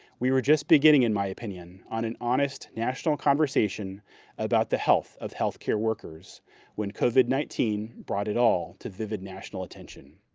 we were just beginning in my opinion on an honest national conversation about the health of healthcare workers when covid nineteen brought it all to vivid national attention.